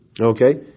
Okay